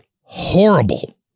horrible